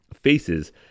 faces